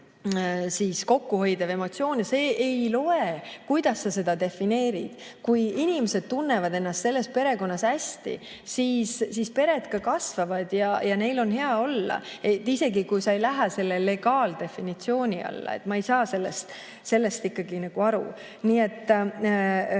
selline kokkuhoidev emotsioon. See ei loe, kuidas sa seda defineerid. Kui inimesed tunnevad ennast perekonnas hästi, siis pered ka kasvavad ja neil on hea olla, isegi kui nad ei lähe selle legaaldefinitsiooni alla. Ma ei saa sellest ikkagi aru.